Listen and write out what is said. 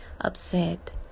upset